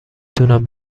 تونم